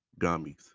gummies